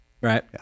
Right